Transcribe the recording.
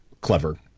clever